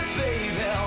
baby